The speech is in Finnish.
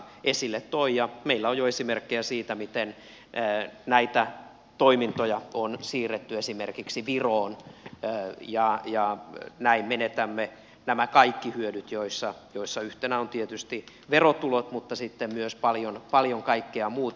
ja meillä on jo esimerkkejä siitä miten näitä toimintoja on siirretty esimerkiksi viroon ja näin menetämme nämä kaikki hyödyt joista yhtenä ovat tietysti verotulot mutta sitten on myös paljon kaikkea muuta